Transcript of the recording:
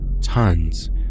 tons